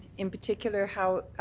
in particular how